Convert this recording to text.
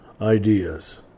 ideas